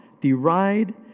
deride